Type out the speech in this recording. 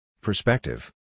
Perspective